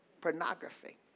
pornography